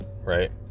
right